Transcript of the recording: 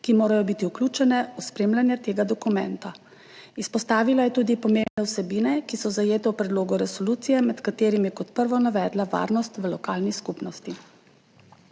ki morajo biti vključene v spremljanje tega dokumenta. Izpostavila je tudi pomembne vsebine, ki so zajete v predlogu resolucije, med katerimi je kot prvo navedla varnost v lokalni skupnosti.